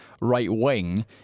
right-wing